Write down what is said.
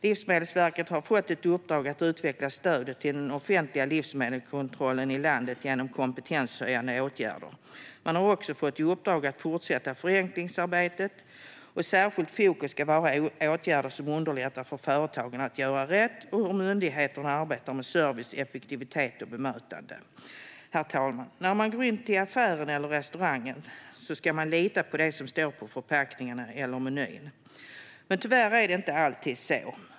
Livsmedelsverket har fått ett uppdrag att utveckla stödet till den offentliga livsmedelskontrollen i landet genom kompetenshöjande åtgärder. Man har också fått i uppdrag att fortsätta förenklingsarbetet. Särskilt fokus ska vara på åtgärder som underlättar för företagen att göra rätt och på hur myndigheten arbetar med service, effektivitet och bemötande. Herr talman! När man går till en affär eller restaurang ska man kunna lita på att det man får är det som står på förpackningen eller menyn. Men tyvärr är det inte alltid så.